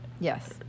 Yes